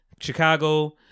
Chicago